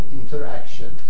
interaction